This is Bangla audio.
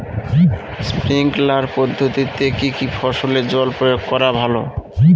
স্প্রিঙ্কলার পদ্ধতিতে কি কী ফসলে জল প্রয়োগ করা ভালো?